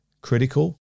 critical